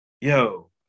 yo